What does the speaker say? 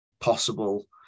possible